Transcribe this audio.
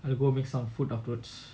I'll go make some food afterwards